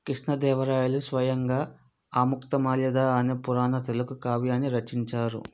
కృష్ణ దేవరాయలు స్వయంగా ఆముక్తమాల్యద అనే పురాణ తెలుగు కావ్యాన్ని రచించారు